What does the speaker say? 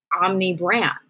omni-brand